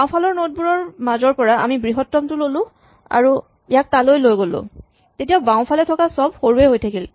বাওঁফালৰ নড বোৰৰ মাজৰ পৰা আমি বৃহত্তমটো ল'লো আৰু আমি ইয়াক তালৈ লৈ গ'লো তেতিয়া বাওঁফালে থকা চব সৰু হৈয়ে থাকিব